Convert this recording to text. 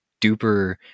duper